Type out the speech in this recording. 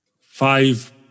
five